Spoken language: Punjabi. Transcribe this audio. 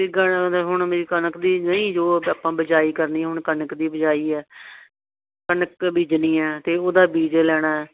ਹੁਣ ਮੇਰੀ ਕਣਕ ਦੀ ਨਹੀਂ ਜੋ ਆਪਾਂ ਬਿਜਾਈ ਕਰਨੀ ਹੁਣ ਕਣਕ ਦੀ ਬਿਜਾਈ ਆ ਕਣਕ ਬੀਜਣੀ ਹੈ ਅਤੇ ਉਹਦਾ ਬੀਜ ਲੈਣਾ